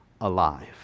alive